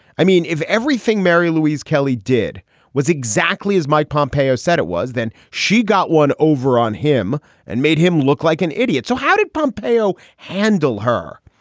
i mean, if everything mary louise kelly did was exactly as mike pompeo said it was, then she got one over on him and made him look like an idiot. so how did pompeo handle her?